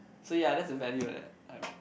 so ya that's the value that I'm